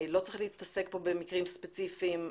לא צריך לעסוק כאן במקרים ספציפיים.